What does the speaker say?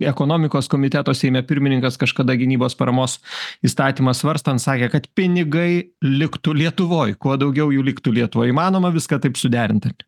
ekonomikos komiteto seime pirmininkas kažkada gynybos paramos įstatymą svarstant sakė kad pinigai liktų lietuvoj kuo daugiau jų liktų lietuvoj įmanoma viską taip suderint